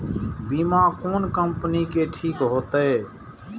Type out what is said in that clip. बीमा कोन कम्पनी के ठीक होते?